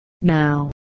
now